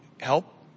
help